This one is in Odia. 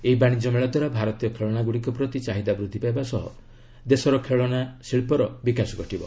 ଏହି ବାଣିଜ୍ୟମେଳା ଦ୍ୱାରା ଭାରତୀୟ ଖେଳନା ଗୁଡ଼ିକ ପ୍ରତି ଚାହିଦା ବୃଦ୍ଧି ପାଇବା ସହ ଦେଶର ଖେଳନା ଶିଳ୍ପର ବିକାଶ ଘଟିବ